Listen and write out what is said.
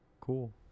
cool